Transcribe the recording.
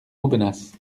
aubenas